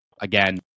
again